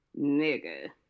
nigga